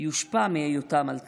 יושפע מהיותם על תנאי.